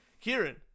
Kieran